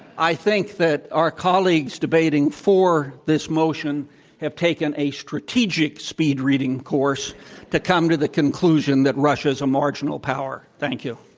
i think that our colleagues debating for this motion have taken a strategic speed-reading course course to come to the conclusion that russia is a marginal power. thank you.